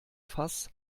fass